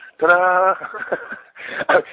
Ta-da